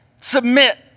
Submit